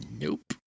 Nope